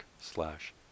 slash